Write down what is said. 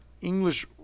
English